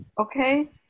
Okay